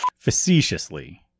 Facetiously